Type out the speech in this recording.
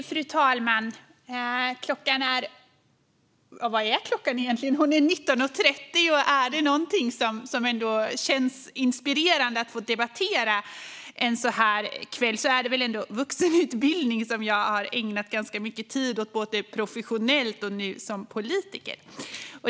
Fru talman! Klockan är 19.30, och är det något som känns inspirerande att få debattera en sådan här kväll är det väl ändå vuxenutbildning, som jag har ägnat ganska mycket tid åt, både professionellt och nu som politiker.